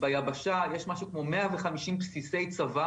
ביבשה יש משהו כמו 150 בסיסי צבא